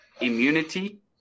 immunity